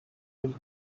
built